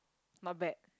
not bad